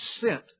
sent